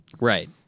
right